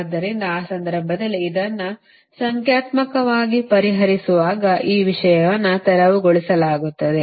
ಆದ್ದರಿಂದ ಆ ಸಂದರ್ಭದಲ್ಲಿ ಇದನ್ನು ಸಂಖ್ಯಾತ್ಮಕವಾಗಿ ಪರಿಹರಿಸುವಾಗ ಈ ವಿಷಯವನ್ನು ತೆರವುಗೊಳಿಸಲಾಗುತ್ತದೆ